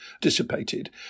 dissipated